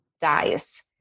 dies